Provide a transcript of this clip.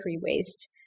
waste